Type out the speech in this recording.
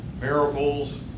miracles